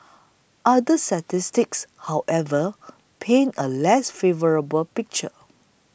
other statistics however paint a less favourable picture